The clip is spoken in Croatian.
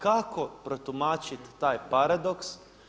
Kako protumačiti taj paradoks?